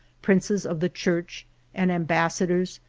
princes of the church and ambassadors,